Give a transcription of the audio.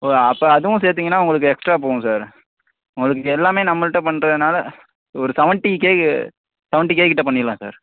ஓ அப்போ அதுவும் சேர்த்திங்கன்னா உங்களுக்கு எக்ஸ்ட்ரா போகும் சார் உங்களுக்கு எல்லாம் நம்மள்ட்ட பண்ணுறதுனால ஒரு செவன்ட்டி கே செவன்ட்டி கே கிட்டே பண்ணிடலாம் சார்